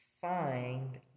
find